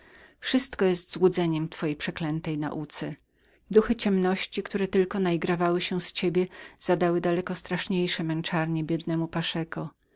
wszystko jest tylko złudzeniem w twojej przeklętej nauce duchy ciemności które tylko naigrawały się z ciebie zadały daleko straszniejsze męczarnie biednemu paszeko